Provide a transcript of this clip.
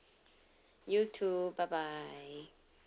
you too bye bye